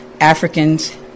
Africans